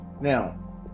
Now